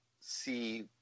see